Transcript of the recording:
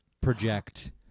project